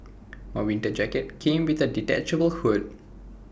my winter jacket came with A detachable hood